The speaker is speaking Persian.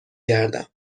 گردم